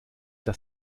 das